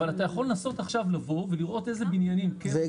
אבל אתה יכול לנסות עכשיו לבוא ולראות איזה בניינים כן מתאימים.